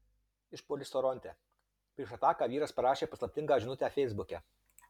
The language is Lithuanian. išpuolis toronte prieš ataką vyras parašė paslaptingą žinutę feisbuke